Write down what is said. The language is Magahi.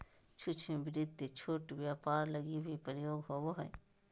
सूक्ष्म वित्त छोट व्यापार लगी भी प्रयोग होवो हय